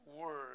word